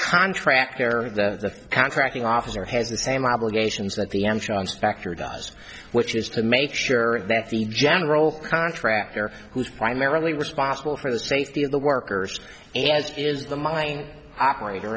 there or the contracting officer has the same obligations that the m seans factor does which is to make sure that the general contractor who's primarily responsible for the safety of the workers and is the mining operator